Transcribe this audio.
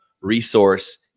resource